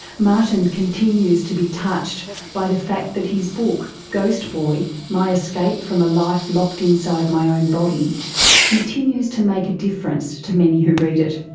martin continues to be touched by the fact that his book ghost boy my escape from a life locked inside my own body continues to make a difference to many who read it.